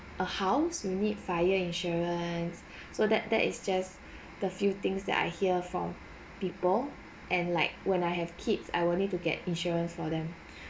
a house you need fire insurance so that that is just the few things that I hear from people and like when I have kids I want they to get insurance for them